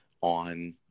on